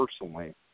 personally